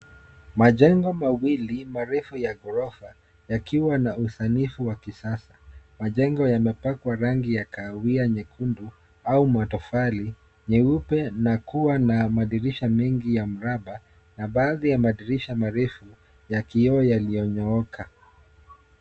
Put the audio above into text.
Majengo mawili marefu ya ghorofa, yakiwa na usanifu wa kisasa. Majengo yamepakwa rangi ya kahawia nyekundu au matofali nyeupe, na kua na madirisha mengi ya mraba, na baadhi ya madirisha marefu ya kioo yaliyonyooka.